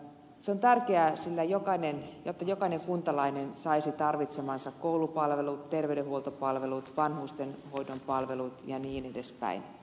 se on tärkeää että jokainen kuntalainen saisi tarvitsemansa koulupalvelut terveydenhuoltopalvelut vanhustenhoidon palvelut ja niin edelleen